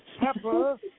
Pepper